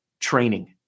training